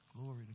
Glory